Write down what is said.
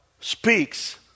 speaks